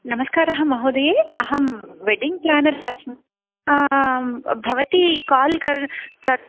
नमस्कारः महोदये अहं वेडिङ् प्लानर्स् अस्मि भवती काल्